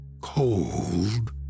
cold